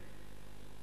ונקיים